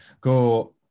go